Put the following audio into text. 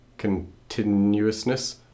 Continuousness